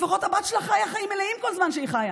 לפחות הבת שלך חיה חיים מלאים כל זמן שהיא חיה.